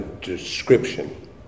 description